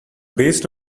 based